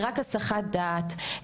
היא רק הסחת דעת,